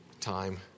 time